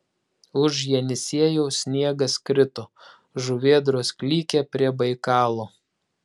už jenisiejaus sniegas krito žuvėdros klykė prie baikalo